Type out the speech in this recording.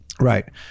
right